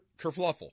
Kerfluffle